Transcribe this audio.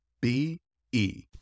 B-E